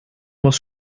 muss